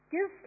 Give